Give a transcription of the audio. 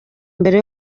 mbere